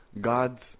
God's